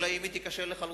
אלא אם כן היא תיכשל לחלוטין.